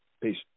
Peace